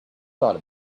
thought